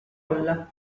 olla